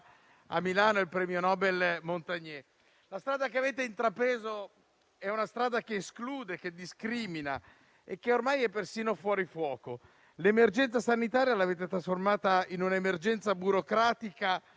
a Milano il premio Nobel Montagnier. Quella che avete intrapreso è una strada che esclude, che discrimina e che ormai è persino fuori fuoco. L'emergenza sanitaria l'avete trasformata in una emergenza burocratica